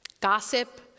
Gossip